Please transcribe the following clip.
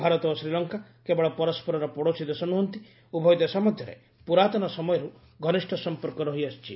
ଭାରତ ଓ ଶ୍ରୀଲଙ୍କା କେବଳ ପରସ୍କରର ପଡ଼ୋଶୀ ଦେଶ ନୁହନ୍ତି ଉଭୟ ଦେଶ ମଧ୍ୟରେ ପୁରାତନ ସମୟରୁ ଘନିଷ୍ଠ ସଂପର୍କ ରହିଆସିଛି